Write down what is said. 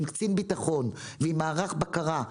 עם קצין ביטחון ועם מערך בקרה.